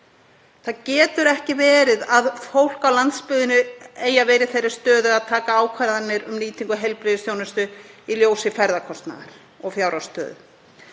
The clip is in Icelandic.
Það getur ekki verið að fólk á landsbyggðinni eigi að vera í þeirri stöðu að taka ákvarðanir um nýtingu á heilbrigðisþjónustu í ljósi ferðakostnaðar og fjárhagsstöðu.